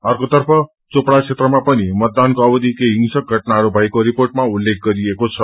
अर्कोतर्फ चोपड़ा क्षेत्रमा पनि मतदानको अववि केही हिंसक घटनाहरू भएको रिर्पोटमा उल्लेख गरिएको छ